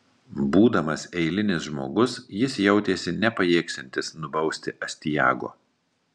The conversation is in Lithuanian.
būdamas eilinis žmogus jis jautėsi nepajėgsiantis nubausti astiago